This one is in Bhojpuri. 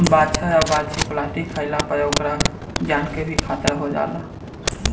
बाछा आ बाछी प्लास्टिक खाइला पर ओकरा जान के भी खतरा हो जाला